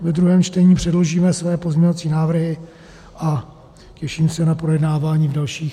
Ve druhém čtení předložíme své pozměňovací návrhy a těším se na projednávání v dalších etapách.